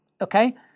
Okay